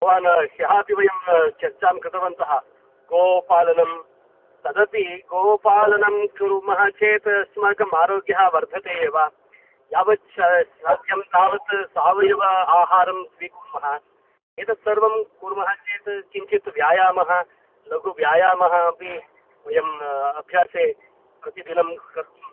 भवान् ह्यः अपि वयं चर्चां कृतवन्तः गोपालनं तदपि गोपालनं कुर्मः चेत् अस्माकम् आरोग्यः वर्धते एव यावत् शा शक्यं तावत् सावयव आहारं स्वीकुर्मः एतत्सर्वं कुर्मः चेत् किञ्चित् व्यायामः लघुव्यायामः अपि वयम् अभ्यासे प्रतिदिनं कर्तुम्